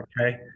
okay